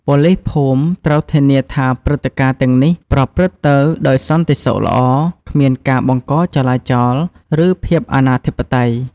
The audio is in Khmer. ប៉ូលីសភូមិត្រូវធានាថាព្រឹត្តិការណ៍ទាំងនេះប្រព្រឹត្តទៅដោយសន្តិសុខល្អ គ្មានការបង្កចលាចល ឬភាពអនាធិបតេយ្យ។